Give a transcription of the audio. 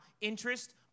interest